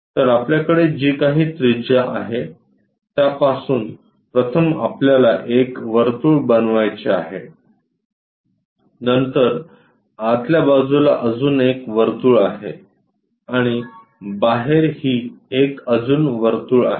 तर आपल्याकडे जी काही त्रिज्या आहे त्यापासून प्रथम आपल्याला एक वर्तुळ बनवायचे आहे नंतर आतल्या बाजूला अजून एक वर्तुळ आहे आणि बाहेर ही एक अजून वर्तुळ आहे